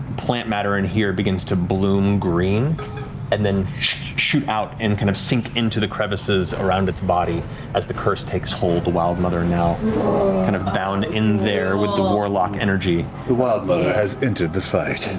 plant matter in here begins to bloom green and then shoot out, and kind of sink into the crevices around its body as the curse takes hold, the wild mother now kind of bound in there with the warlock energy. travis the wild mother has entered the fight. and